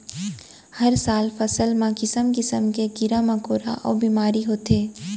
हर साल फसल म किसम किसम के कीरा मकोरा अउ बेमारी होथे